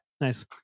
Nice